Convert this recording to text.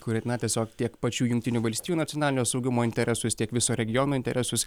kuri na tiesiog tiek pačių jungtinių valstijų nacionalinio saugumo interesus tiek viso regiono interesus